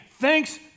thanks